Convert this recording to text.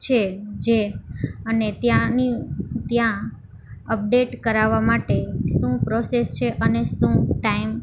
છે જે અને ત્યાંની ત્યાં અપડેટ કરાવવા માટે શું પ્રોસેસ છે અને શું ટાઈમ